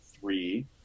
three